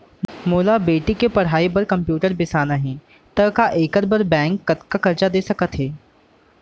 मोला बेटी के पढ़ई बार कम्प्यूटर बिसाना हे त का एखर बर बैंक कतका करजा दे सकत हे?